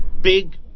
big